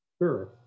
sure